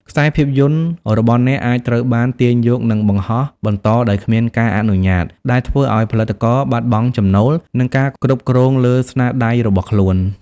ខ្សែភាពយន្តរបស់អ្នកអាចត្រូវបានទាញយកនិងបង្ហោះបន្តដោយគ្មានការអនុញ្ញាត ដែលធ្វើឱ្យផលិតករបាត់បង់ចំណូលនិងការគ្រប់គ្រងលើស្នាដៃរបស់ខ្លួន។